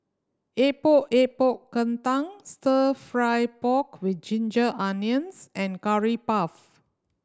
Epok Epok Kentang Stir Fry pork with ginger onions and Curry Puff